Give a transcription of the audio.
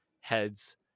heads